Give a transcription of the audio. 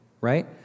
right